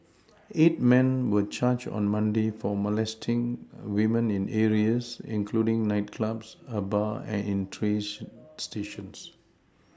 eight men were charged on Monday for molesting women in areas including nightclubs a bar and in trains stations